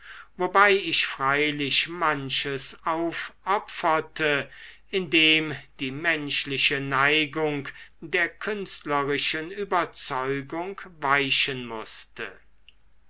wobei ich freilich manches aufopferte indem die menschliche neigung der künstlerischen überzeugung weichen mußte